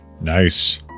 Nice